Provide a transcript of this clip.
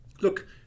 look